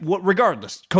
regardless